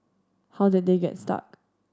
how did they get stuck